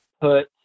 put